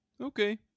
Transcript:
okay